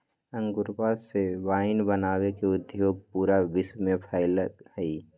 अंगूरवा से वाइन बनावे के उद्योग पूरा विश्व में फैल्ल हई